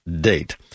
date